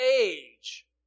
age